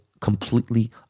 completely